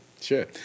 Sure